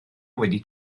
wedi